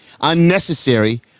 unnecessary